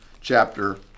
chapter